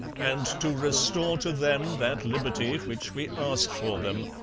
and to restore to them that liberty which we ask for them,